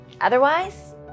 Otherwise